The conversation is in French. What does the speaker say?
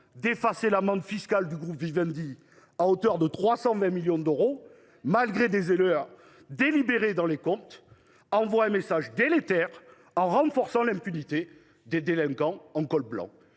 d’effacer l’amende fiscale du groupe Vivendi de 320 millions d’euros, malgré des erreurs délibérées dans les comptes, envoie un message délétère et renforce l’impunité des délinquants en col blanc.